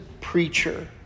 preacher